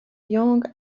young